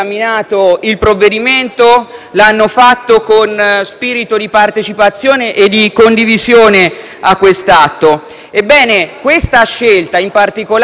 hanno lavorato con spirito di partecipazione e di condivisione di questo atto. Ebbene, questa scelta, in particolare da parte della Lega,